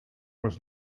was